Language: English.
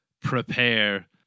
prepare